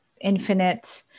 infinite